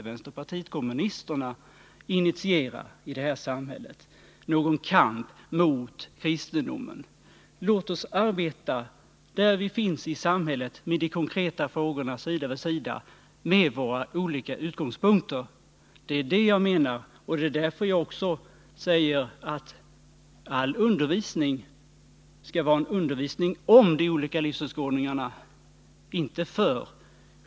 Vänsterpartiet kommunisterna vill inte initiera någon kamp mot kristendomen. Låt oss arbeta med de konkreta frågorna där vi finns i samhället, sida vid sida, med våra olika utgångspunkter. Det är detta jag menar, och det är därför jag säger att all undervisning skall vara en undervisning om de olika livsåskådningarna, inte för.